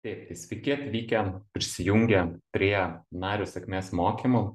taip tai sveiki atvykę prisijungę prie nario sėkmės mokymų